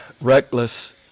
reckless